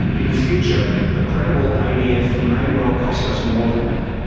in the future a credible adf may well cost us more than that.